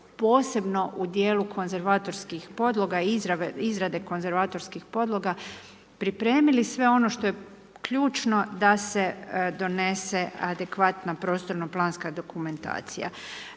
posebno u dijelu konzervatorskih podloga i izrade konzervatorskih podloga pripremili sve ono što je ključno da se donese adekvatna prostorno planska dokumentacija.